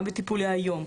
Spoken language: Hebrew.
גם בטיפולי היום,